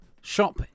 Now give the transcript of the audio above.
shop